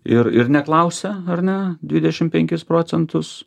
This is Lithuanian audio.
ir ir neklausia ar ne dvidešimt penkis procentus